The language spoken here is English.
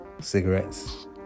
cigarettes